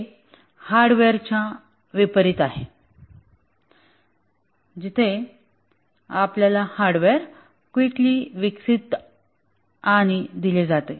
हे हार्डवेअरच्या विपरीत आहे जिथे आपल्याला हार्डवेअर क्विकली विकसित आणि दिले जाते